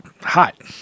hot